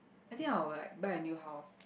I think I will like buy a new house